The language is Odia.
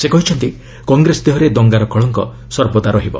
ସେ କହିଛନ୍ତି କଂଗ୍ରେସ ଦେହରେ ଦଙ୍ଗାର କଳଙ୍କ ସର୍ବଦା ରହିବ